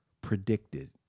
predicted